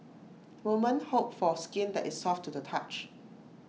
women hope for skin that is soft to the touch